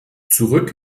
zurück